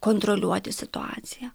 kontroliuoti situaciją